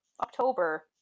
October